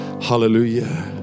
Hallelujah